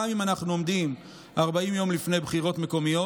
גם אם אנחנו 40 יום לפני בחירות מקומיות.